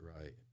right